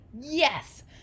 yes